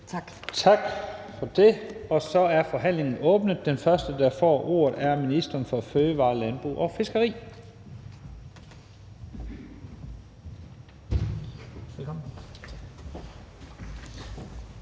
Tak for det. Så er forhandlingen åbnet, og den første, der får ordet, er ministeren for fødevarer, landbrug og fiskeri.